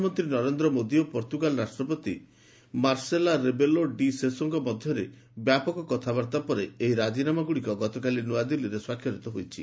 ପ୍ରଧାନମନ୍ତ୍ରୀ ନରେନ୍ଦ୍ର ମୋଦୀ ଓ ପର୍ତ୍ତୁଗାଲ ରାଷ୍ଟ୍ରପତି ମାର୍ସେଲୋ ରେବେଲୋ ଡି ସୋସାଙ୍କ ମଧ୍ୟରେ ବ୍ୟାପକ କଥାବାର୍ତ୍ତା ପରେ ଏହି ରାଜିନାମାଗୁଡ଼ିକ ଗତକାଲି ନ୍ତଆଦିଲ୍ଲୀରେ ସ୍ୱାକ୍ଷରିତ ହୋଇଛି